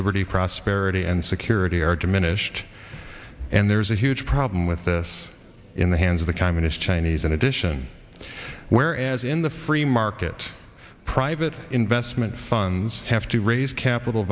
liberty prosperity and security are diminished and there's a huge problem with this in the hands of the communist chinese in addition whereas in the free market private investment funds have to raise capital